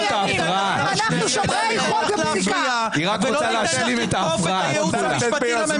אני רק אשלים את ההפרעה כדי שאני אוכל לצאת.